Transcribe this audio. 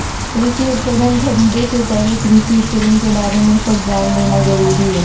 कृषि उपकरण खरीदे से पहले कृषि उपकरण के बारे में सब जान लेना जरूरी हई